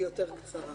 קודם כל,